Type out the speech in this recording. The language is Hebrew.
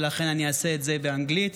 ולכן אני אעשה את זה באנגלית,